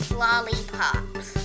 lollipops